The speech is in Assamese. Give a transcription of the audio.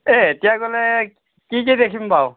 এ এতিয়া গ'লে কি কি দেখিম বাৰু